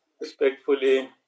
respectfully